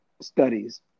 studies